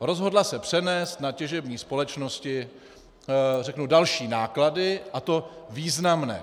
Rozhodla se přenést na těžební společnosti další náklady, a to významné.